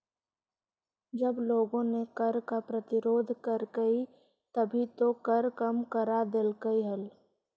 जब लोगों ने कर का प्रतिरोध करकई तभी तो कर कम करा देलकइ हल